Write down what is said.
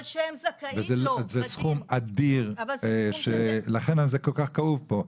זה סכום אדיר, לכן זה כל כך כאוב פה.